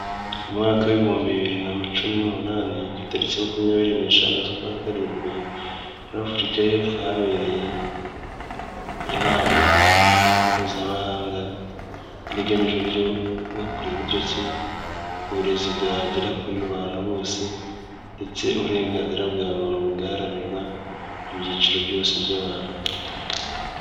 Mu mwaka w'ibihumbi bibiri na cumi n'umunani ku itariki makumyabiri n'eshanu z'ukwa karindwi muri afurika y'epfo habereye inama mpuzamahanga yari igamije uburyo bwo kureba uburyo iki uburezi bwagera kuri bantu bose ndetse uburenganzira bwa muntu bugaharanirwa mu byiciro byose by'abantu.